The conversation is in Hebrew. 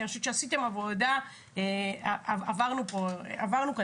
כי אני חושבת שעשיתם עבודה רבה ועברנו פה תהליך